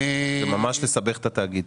זה ממש לסבך את התאגיד.